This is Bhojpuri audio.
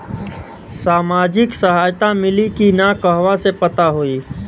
सामाजिक सहायता मिली कि ना कहवा से पता होयी?